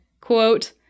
quote